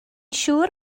siŵr